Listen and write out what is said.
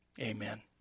amen